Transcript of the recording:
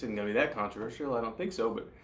and gonna be that controversial, i don't think so, but